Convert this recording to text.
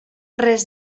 res